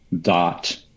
dot